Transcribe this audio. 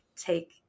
take